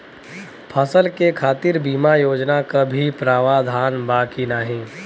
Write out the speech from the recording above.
फसल के खातीर बिमा योजना क भी प्रवाधान बा की नाही?